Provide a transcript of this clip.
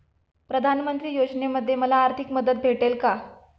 प्रधानमंत्री योजनेमध्ये मला आर्थिक मदत भेटेल का?